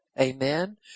Amen